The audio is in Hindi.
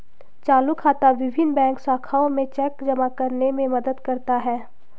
चालू खाता विभिन्न बैंक शाखाओं में चेक जमा करने में मदद करता है